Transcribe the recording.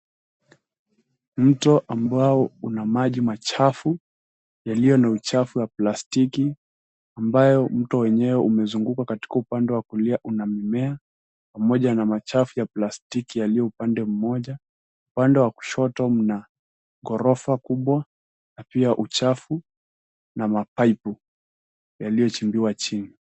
Mto ambao una maji machafu yaliyo na uchafu wa plastiki ambayo mto wenyewe umezungukwa katika upande wa kulia una mimea pamoja na machafu ya plastiki yaliyo upande mmoja. Upande wa kushoto mna ghorofa kubwa na pia uchafu na mapaipu yaliyochimbiwa chini.